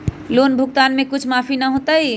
Loan भुगतान में कुछ माफी न होतई?